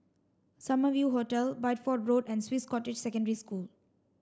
Summer View Hotel Bideford Road and Swiss Cottage Secondary School